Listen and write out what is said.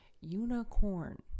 Unicorn